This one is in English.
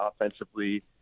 offensively